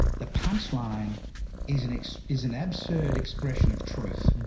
the punchline is an ix is an absolute expression of truth.